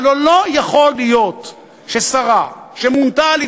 הלוא לא יכול להיות ששרה שמונתה על-ידי